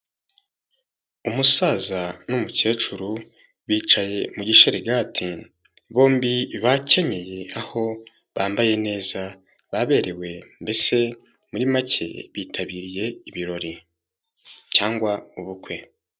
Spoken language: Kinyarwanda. Umusaza n'umukecuru bicaye mu gisharagati bombi bakenyeye aho bambaye neza, baberewe mbese muri make bitabiriye ibirori cyangwa ubukwe.